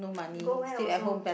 go where also